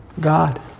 God